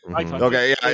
okay